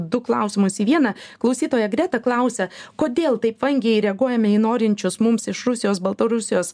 du klausimus į vieną klausytoja greta klausia kodėl taip vangiai reaguojame į norinčius mums iš rusijos baltarusijos